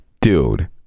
dude